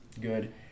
good